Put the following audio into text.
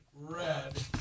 red